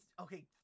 Okay